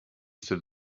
celle